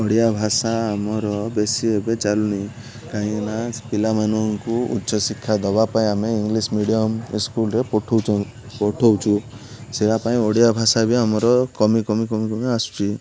ଓଡ଼ିଆ ଭାଷା ଆମର ବେଶୀ ଏବେ ଚାଲୁନି କାହିଁକିନା ପିଲାମାନଙ୍କୁ ଉଚ୍ଚଶିକ୍ଷା ଦେବା ପାଇଁ ଆମେ ଇଂଲିଶ ମିଡ଼ିୟମ୍ ସ୍କୁଲରେ ପଠାଉଛୁ ପଠାଉଛୁ ସେରା ପାଇଁ ଓଡ଼ିଆ ଭାଷା ବି ଆମର କମି କମି କମି କମି ଆସୁଛି